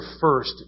first